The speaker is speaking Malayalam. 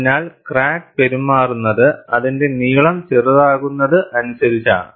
അതിനാൽ ക്രാക്ക് പെരുമാറുന്നത് അതിന്റെ നീളം ചെറുതാകുന്നത് അനുസരിച്ചാണ്